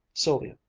sylvia,